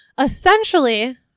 essentially